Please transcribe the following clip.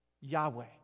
Yahweh